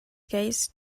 gaze